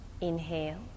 inhale